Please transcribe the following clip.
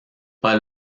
pas